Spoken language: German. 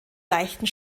leichten